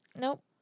Nope